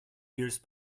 years